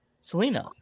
Selena